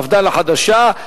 מפד"ל החדשה.